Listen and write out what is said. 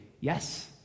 yes